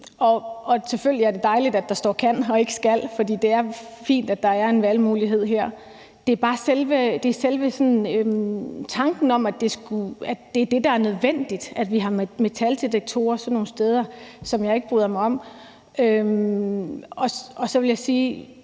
Selvfølgelig er det dejligt, at der står »kan« og ikke »skal«, for det er fint, at der er en valgmulighed her. Det er bare selve tanken om, at det er det, der er nødvendigt, altså at vi har metaldetektorer sådan nogle steder, som jeg ikke bryder mig om. Så vil jeg sige,